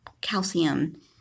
calcium